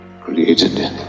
created